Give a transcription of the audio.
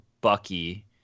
Bucky